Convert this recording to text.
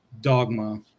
dogma